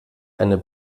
einer